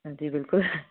जी बिल्कुल